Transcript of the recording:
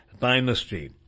Dynasty